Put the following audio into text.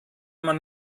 man